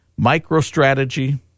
MicroStrategy